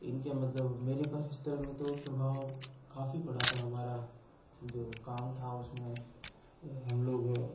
इनका मतलब मेरे कार्यस्थल में तो प्रभाव काफ़ी पड़ा था हमारा जो काम था उसमें हम लोग